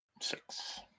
Six